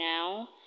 now